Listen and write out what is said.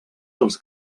dels